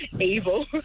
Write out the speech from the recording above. evil